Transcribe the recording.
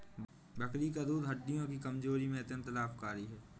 बकरी का दूध हड्डियों की कमजोरी में अत्यंत लाभकारी है